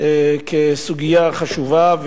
כסוגיה חשובה.